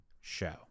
show